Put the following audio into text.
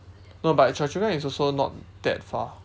no but chua-chu-kang is also not that far